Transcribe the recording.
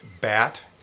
Bat